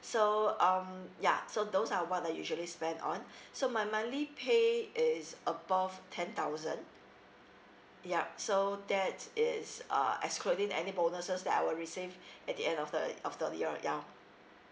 so um ya so those are what I usually spend on so my monthly pay is above ten thousand yup so that is uh excluding any bonuses that I will receive at the end of the of the year yeah